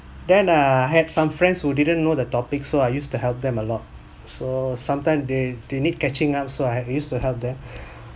then I had some friends who didn't know the topic so I used to help them a lot so sometimes they they need catching up so I used to help them